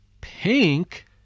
Pink